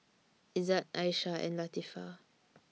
Izzat Aisyah and Latifa